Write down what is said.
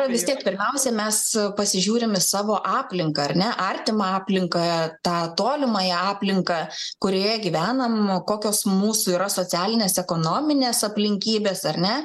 vis tiek pirmiausiai mes pasižiūrim į savo aplinką ar ne artimą aplinkąją tą tolimąją aplinką kurioje gyvenam kokios mūsų yra socialinės ekonominės aplinkybės ar ne